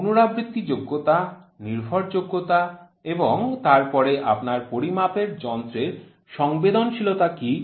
পুনরাবৃত্তিযোগ্যতা নির্ভরযোগ্যতা এবং তারপরে আপনার পরিমাপের যন্ত্রের সংবেদনশীলতা কী